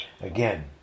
Again